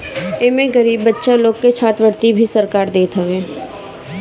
एमे गरीब बच्चा लोग के छात्रवृत्ति भी सरकार देत हवे